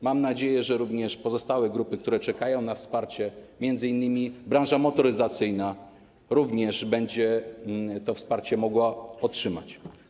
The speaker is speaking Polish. Mam nadzieję, że również pozostałe grupy, które czekają na wsparcie, m.in. branża motoryzacyjna, również będą mogły to wsparcie otrzymać.